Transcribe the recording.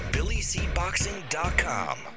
BillyCBoxing.com